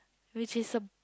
which is a